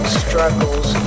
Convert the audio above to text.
struggles